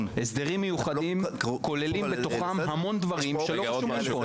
הסדרים מיוחדים כוללים בתוכם המון דברים שלא כתובים פה,